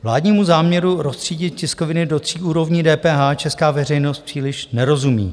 Vládnímu záměru roztřídit tiskoviny do tří úrovní DPH česká veřejnost příliš nerozumí.